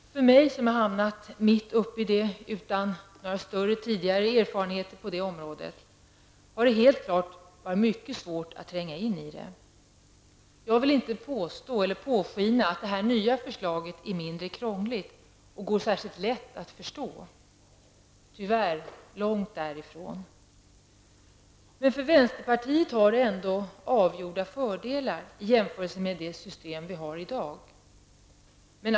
För mig som hamnat mitt uppe i detta utan några större tidigare erfarenheter på området har det helt klart varit mycket svårt att tränga in i det. Jag vill inte låta påskina att det nya förslaget är mindre krångligt och lättare att förstå. Tyvärr är det långtifrån så. Men för vänsterpartiet har det nya förslaget avgjorda fördelar i jämförelse med det system vi har i dag.